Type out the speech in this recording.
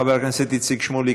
חבר הכנסת איציק שמולי,